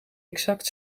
exact